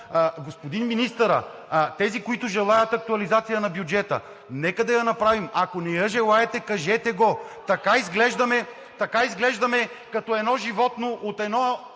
Господин Министър, тези, които желаят актуализацията на бюджета, нека да я направят. Ако не я желаете, кажете го! Така изглеждаме като едно животно от старо